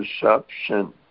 perception